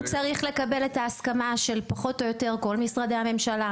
הוא צריך לקבל את ההסכמה של פחות או יותר כל משרדי הממשלה,